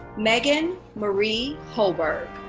megan marie hoberg.